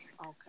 okay